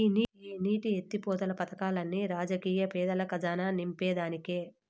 ఈ నీటి ఎత్తిపోతలు పదకాల్లన్ని రాజకీయ పెద్దల కజానా నింపేదానికే